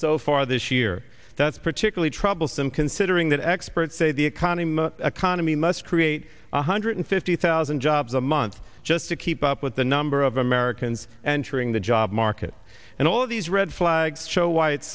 so far this year that's particularly troublesome considering that experts say the economy economy must create one hundred fifty thousand jobs a month just to keep up with the number of americans and during the job market and all of these red flags show why it's